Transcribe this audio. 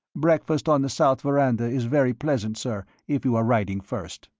breakfast on the south veranda is very pleasant, sir, if you are riding first.